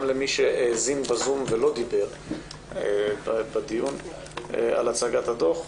למי שהאזין בזום ולא דיבר בדיון על הצגת הדוח.